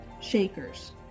shakers